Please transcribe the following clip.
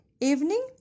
evening